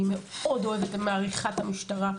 אני מאוד אוהבת ומעריכה את המשטרה,